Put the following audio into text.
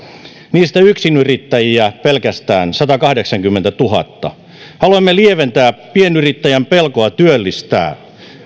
niistä yksinyrittäjiä pelkästään on satakahdeksankymmentätuhatta haluamme lieventää pienyrittäjän pelkoa työllistää